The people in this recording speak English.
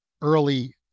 early